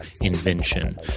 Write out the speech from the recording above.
Invention